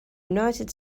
united